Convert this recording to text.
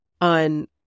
on